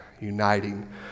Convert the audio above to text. uniting